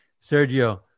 Sergio